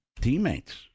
teammates